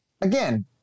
again